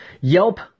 Yelp